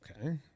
Okay